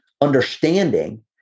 understanding